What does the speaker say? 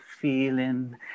feeling